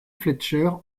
fletcher